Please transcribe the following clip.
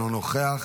אינו נוכח,